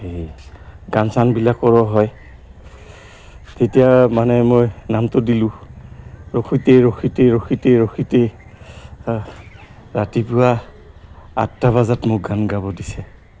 এই গান চানবিলাকৰো হয় তেতিয়া মানে মই নামটো দিলোঁ ৰখিতেই ৰখিতেই ৰখিতে ৰখিতে ৰাতিপুৱা আঠটা বজাত মোক গান গাব দিছে